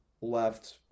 left